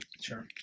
Sure